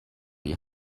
die